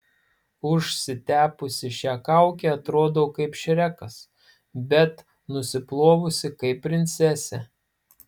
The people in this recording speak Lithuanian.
užsitepusi šią kaukę atrodau kaip šrekas bet nusiplovusi kaip princesė